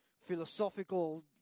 philosophical